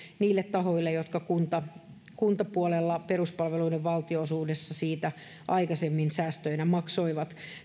niille tahoille jotka kuntapuolella peruspalveluiden valtionosuudessa siitä aikaisemmin säästöinä maksoivat